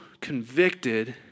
convicted